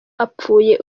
apfuye